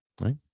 right